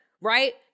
right